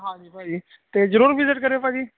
ਹਾਂਜੀ ਭਾਅ ਜੀ ਤੇ ਜਰੂਰ ਵਿਜਿਟ ਕਰਿਓ ਭਾਅ ਜੀ